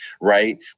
right